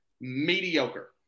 mediocre